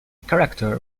character